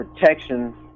protection